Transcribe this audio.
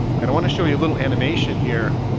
and i want to show you a little animation here.